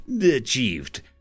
achieved